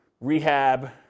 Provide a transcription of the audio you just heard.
rehab